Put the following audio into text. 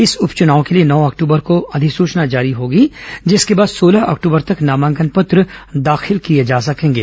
इस उप चुनाव के लिए नौ अक्टूबर को अधिसूचना जारी होगी जिसके बाद सोलह अक्टूबर तक नामांकन पत्र दाखिल किए जा सकेंगे